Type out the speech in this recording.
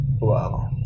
Wow